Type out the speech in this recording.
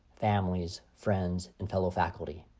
families, friends and fellow faculty,